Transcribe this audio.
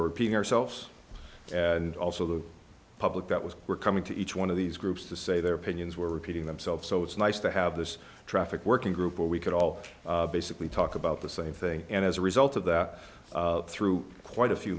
were being ourselves and also the public that was we're coming to each one of these groups to say their opinions were repeating themselves so it's nice to have this traffic working group where we could all basically talk about the same thing and as a result of that through quite a few